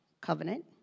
covenant